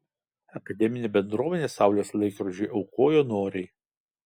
akademinė bendruomenė saulės laikrodžiui aukojo noriai